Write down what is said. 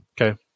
Okay